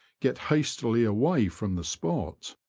get hastily away from the spot.